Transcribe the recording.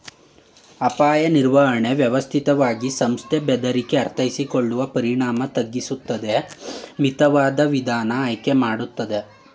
ಅಪಾಯ ನಿರ್ವಹಣೆ ವ್ಯವಸ್ಥಿತವಾಗಿ ಸಂಸ್ಥೆ ಬೆದರಿಕೆ ಅರ್ಥೈಸಿಕೊಳ್ಳುವ ಪರಿಣಾಮ ತಗ್ಗಿಸುತ್ತದೆ ಮಿತವಾದ ವಿಧಾನ ಆಯ್ಕೆ ಮಾಡ್ತದೆ